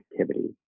activity